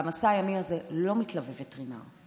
למסע הימי הזה לא מתלווה וטרינר.